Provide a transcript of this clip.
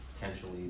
potentially